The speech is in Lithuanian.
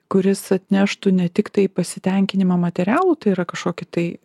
kuris atneštų ne tiktai pasitenkinimą materialų tai yra kažkokį tai